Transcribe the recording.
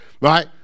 right